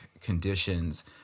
conditions